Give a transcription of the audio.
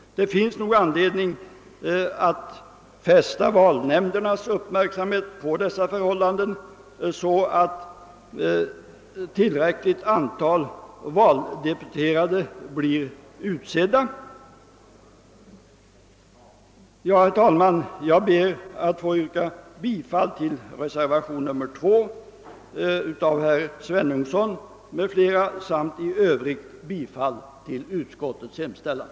Det finns anledning att fästa valnämndernas uppmärksamhet på dessa förhållanden så att tillräckligt antal valdeputerade blir utsedda. Herr talman! Jag ber att få yrka bifall till reservationen 2 av herr Svenungsson m.fl. samt i övrigt till utskottets hemställan.